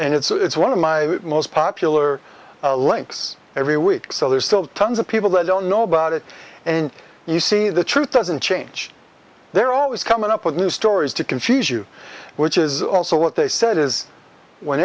and it's one of my most popular links every week so there's still tons of people that don't know about it and you see the truth doesn't change they're always coming up with new stories to confuse you which is also what they said is when